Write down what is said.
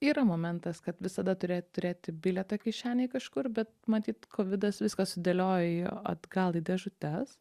yra momentas kad visada turi turėti bilietą kišenėj kažkur bet matyt kovidas viską sudėliojo atgal į dėžutes